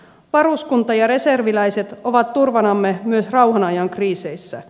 varuskunta ja reserviläiset ovat turvanamme myös rauhan ajan kriiseissä